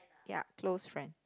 yup close friend